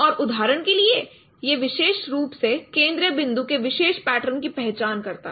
और उदाहरण के लिए यह विशिष्ट रूप से केंद्रीय बिंदु के विशेष पैटर्न की पहचान करता है